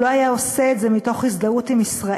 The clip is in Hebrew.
לא היה עושה את זה מתוך הזדהות עם ישראל,